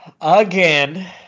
again